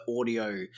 audio